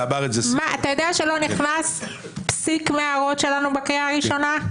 ואמר את זה שמחה רוטמן --- לא נכנס פסיק מההערות שלנו בקריאה הראשונה.